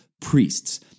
priests